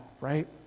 right